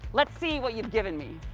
let's see what you've given me.